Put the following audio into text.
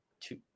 two